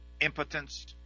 impotence